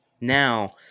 Now